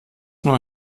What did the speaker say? nur